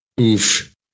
Oof